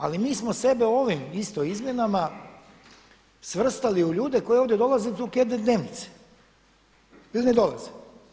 Ali mi smo sebe ovim isto izmjenama svrstali u ljude koji ovdje dolaze i tu … dnevnice ili ne dolaze.